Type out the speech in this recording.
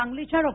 सांगलीच्या डॉ